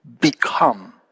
Become